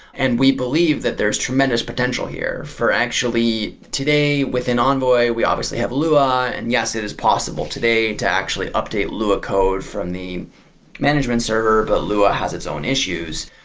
and we believe that there is tremendous potential here for actually, today, within envoy, we obviously have lou. and yes, it is possible today to actually update lua code from the management server. but lua has its own issues.